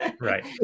Right